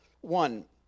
one